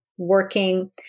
working